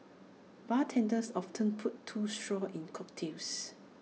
bartenders often put two straws in cocktails